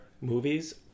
Movies